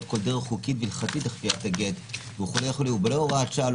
כל דרך חוקית והלכתית לכפיית הגט ולולא הוראת השעה לא